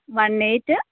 one eight